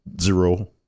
zero